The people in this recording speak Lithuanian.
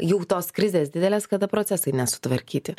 jų tos krizės didelės kada procesai nesutvarkyti